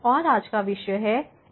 और आज का विषय है इंडिटरमिनेट फॉर्म्स